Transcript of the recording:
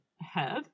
Head